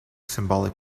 symbolic